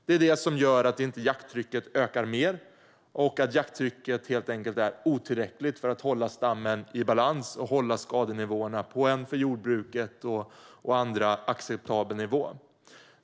Det är det som gör att jakttrycket inte ökar mer och att jakttrycket helt enkelt är otillräckligt för att hålla stammen i balans och hålla skadenivåerna på för jordbruket och andra acceptabla nivåer.